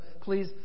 please